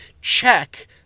check